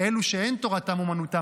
אלו שאין תורתם אומנותם,